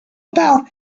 about